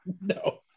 no